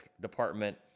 department